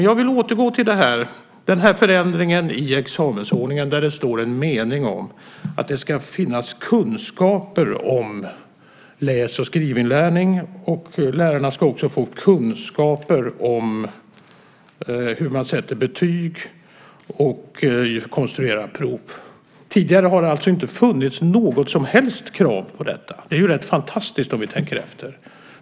Jag vill återgå till förändringen i examensordningen där det finns en mening om att det ska finnas kunskaper om läs och skrivinlärning. Lärarna ska också få kunskaper om hur man sätter betyg och konstruerar prov. Tidigare har det alltså inte funnits något som helst krav på detta, och det är rätt fantastiskt om vi tänker efter.